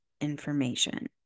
information